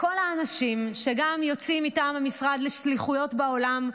המון הצלחה לכל האנשים שיוצאים מטעם המשרד לשליחויות בעולם,